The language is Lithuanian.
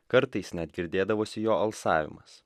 kartais net girdėdavosi jo alsavimas